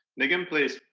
nigam please.